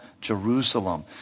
Jerusalem